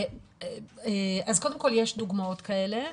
אז יש דוגמאות כאלה.